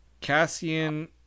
Cassian